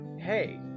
Hey